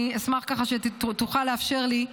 אני אשמח ככה שתוכל לאפשר לי,